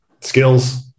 skills